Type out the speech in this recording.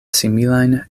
similajn